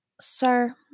sir